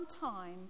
time